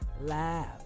laugh